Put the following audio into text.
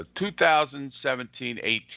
2017-18